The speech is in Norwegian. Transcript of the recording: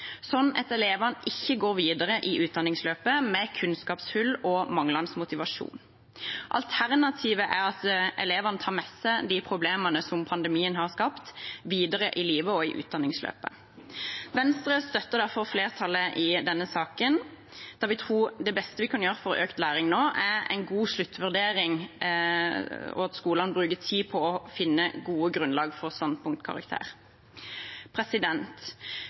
at elevene ikke går videre i utdanningsløpet med kunnskapshull og manglende motivasjon. Alternativet er at elevene tar med seg de problemene som pandemien har skapt, videre i livet og i utdanningsløpet. Venstre støtter derfor flertallet i denne saken, da vi tror det beste vi kan gjøre for økt læring nå, er en god sluttvurdering, og at skolene bruker tid på å finne gode grunnlag for